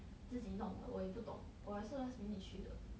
自己弄的我也不懂我也是 last minute 去的